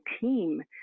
team